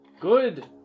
Good